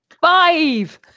five